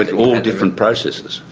ah all different processes.